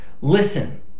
Listen